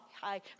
hi